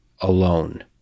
alone